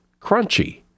crunchy